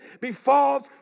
befalls